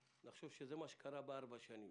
נחשוב שזה מה שקרה בארבע שנים,